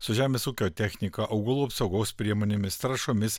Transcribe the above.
su žemės ūkio technika augalų apsaugos priemonėmis trąšomis